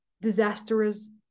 disastrous